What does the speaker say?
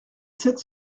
sept